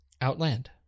Outland